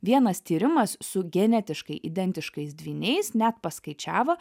vienas tyrimas su genetiškai identiškais dvyniais net paskaičiavo